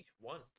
one